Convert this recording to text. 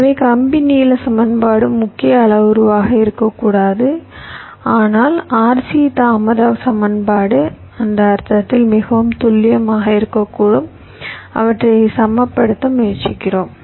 எனவே கம்பி நீள சமன்பாடு முக்கிய அளவுருவாக இருக்கக்கூடாதுஆனால் RC தாமத சமன்பாடு அந்த அர்த்தத்தில் மிகவும் துல்லியமாக இருக்கக்கூடும் அவற்றை சமப்படுத்த முயற்சிக்கிறோம்